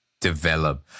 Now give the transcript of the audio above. develop